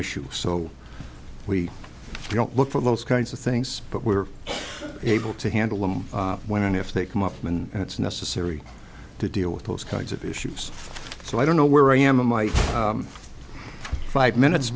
issue so we don't look for those kinds of things but we're able to handle them when and if they come up and it's necessary to deal with those kinds of issues so i don't know where i am in my five minutes